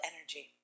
energy